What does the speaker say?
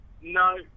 No